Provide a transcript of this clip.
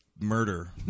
murder